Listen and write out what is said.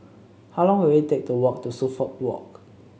how long will it take to walk to Suffolk Walk